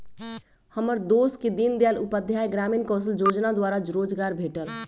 हमर दोस के दीनदयाल उपाध्याय ग्रामीण कौशल जोजना द्वारा रोजगार भेटल